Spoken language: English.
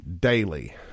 daily